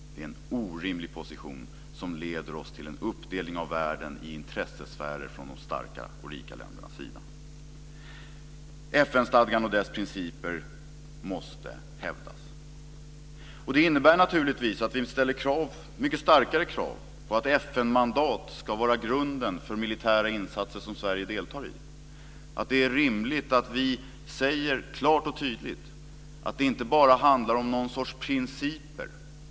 Det är en orimlig position som leder oss till en uppdelning av världen i intressesfärer från de starka och rika ländernas sida. FN-stadgan och dess principer måste hävdas. Och det innebär naturligtvis att vi ställer mycket starkare krav på att FN-mandat ska vara grunden för militära insatser som Sverige deltar i. Det är rimligt att vi klart och tydligt säger att det inte bara handlar om någon sorts principer.